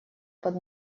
под